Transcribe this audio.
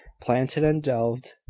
planted and,